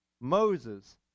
Moses